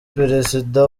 perezida